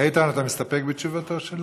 איתן, אתה מסתפק בתשובתו?